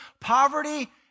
poverty